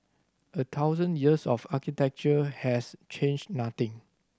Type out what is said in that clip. a thousand years of architecture has changed nothing